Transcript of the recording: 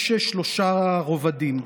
יש שלושה רבדים.